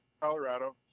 Colorado